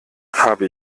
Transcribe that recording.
habe